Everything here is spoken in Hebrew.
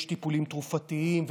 יש טיפולים תרופתיים,